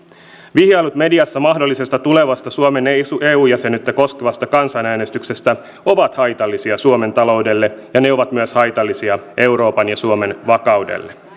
vihjailut mediassa mahdollisesta tulevasta suomen eu jäsenyyttä koskevasta kansanäänestyksestä ovat haitallisia suomen taloudelle ja ne ovat haitallisia myös euroopan ja suomen vakaudelle